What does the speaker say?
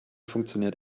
funktioniert